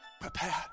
Prepare